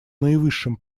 наивысшим